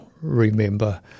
remember